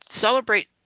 celebrate